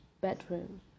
bedroom